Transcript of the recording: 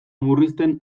murrizten